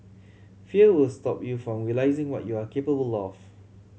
fear will stop you from realising what you are capable of